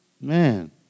Man